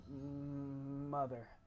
mother